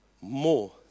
more